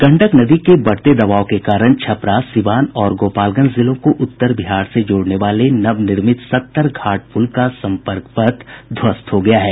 गंडक नदी के बढ़ते दबाव के कारण छपरा सीवान और गोपालगंज जिलों को उत्तर बिहार से जोड़ने वाले नवनिर्मित सत्तर घाट पूल का सम्पर्क पथ ध्वस्त हो गया है